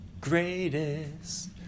greatest